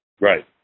Right